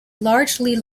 largely